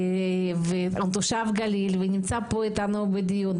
הוא תושב גליל ונמצא פה איתנו בדיון,